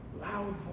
Loud